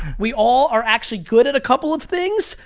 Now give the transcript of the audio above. we all are actually good at a couple of things.